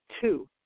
Two